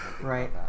Right